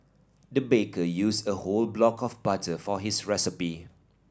the baker used a whole block of butter for his recipe